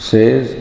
Says